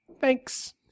Thanks